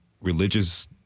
religious